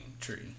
tree